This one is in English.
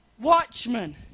Watchmen